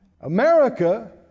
America